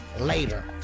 later